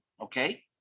Okay